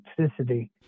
toxicity